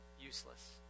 useless